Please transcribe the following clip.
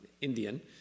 Indian